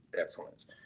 excellence